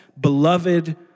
beloved